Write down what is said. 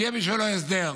שיהיה בשבילו הסדר.